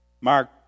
Mark